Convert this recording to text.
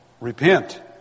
repent